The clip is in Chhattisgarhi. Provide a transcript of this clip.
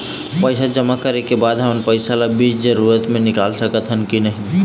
पैसा जमा करे के बाद हमन पैसा ला बीच जरूरत मे निकाल सकत हन की नहीं?